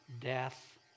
death